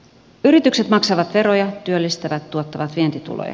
yritykset maksavat veroja työllistävät tuottavat vientituloja